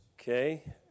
okay